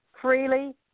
freely